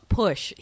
push